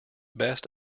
best